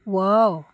wow